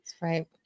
Right